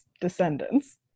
descendants